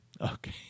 Okay